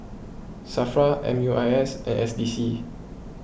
Safra M U I S and S D C